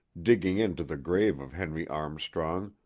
digging into the grave of henry armstrong,